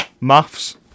Maths